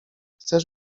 chcesz